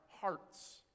hearts